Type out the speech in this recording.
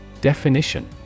Definition